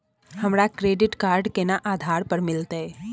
हमरा credit card केना आधार पर मिलते?